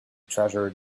treasure